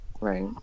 right